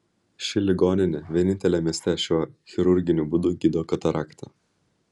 ši ligoninė vienintelė mieste šiuo chirurginiu būdu gydo kataraktą